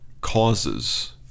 causes